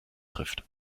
trifft